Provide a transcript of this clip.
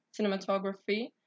cinematography